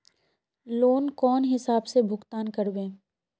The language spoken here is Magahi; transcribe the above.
लोन कौन हिसाब से भुगतान करबे?